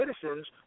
citizens